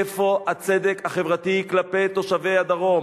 איפה הצדק החברתי כלפי תושבי הדרום,